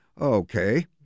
Okay